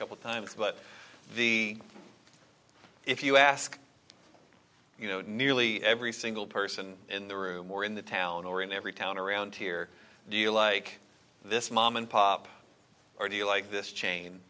couple times but if you ask you know nearly every single person in the room or in the town or in every town around here do you like this mom and pop or do you like this chain